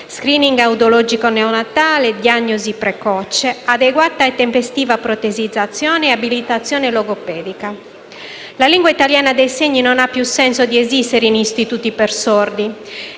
*screening* audiologico neonatale, diagnosi precoce, adeguata e tempestiva protesizzazione e abilitazione logopedica. La lingua italiana dei segni non ha più senso di esistere in istituti per sordi,